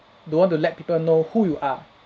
don't want to let people know who you are